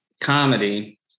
comedy